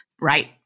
Right